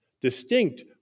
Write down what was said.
distinct